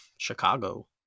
Chicago